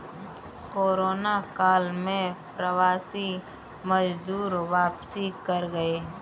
corona काल में प्रवासी मजदूर वापसी कर गए